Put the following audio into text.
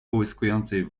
połyskującej